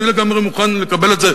אני לגמרי מוכן לקבל את זה,